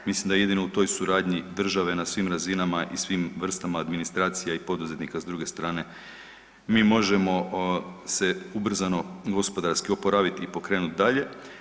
Mislim da jedino u toj suradnji države na svim razinama i svim vrstama administracija i poduzetnika sa druge strane mi možemo se ubrzano gospodarski oporaviti i pokrenuti dalje.